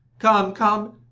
come, come,